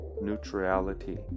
neutrality